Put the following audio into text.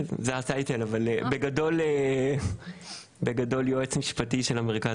זה ה-title אבל בגדול יועץ משפטי של המרכז